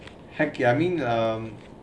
heck I mean um